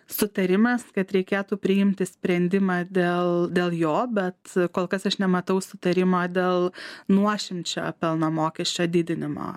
sutarimas kad reikėtų priimti sprendimą dėl dėl jo bet kol kas aš nematau sutarimo dėl nuošimčio pelno mokesčio didinimo